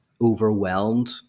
overwhelmed